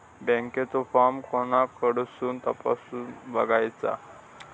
बँकेचो फार्म कोणाकडसून तपासूच बगायचा?